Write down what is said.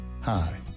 hi